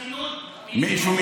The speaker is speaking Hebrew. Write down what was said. אה?